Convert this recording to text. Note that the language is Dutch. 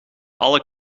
alle